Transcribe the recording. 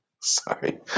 Sorry